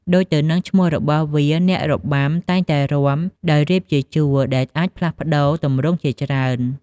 ដូចទៅនឹងឈ្មោះរបស់វា អ្នករបាំតែងតែរាំដោយរៀបជាជួរ ដែលអាចផ្លាស់ប្តូរទម្រង់ជាច្រើន។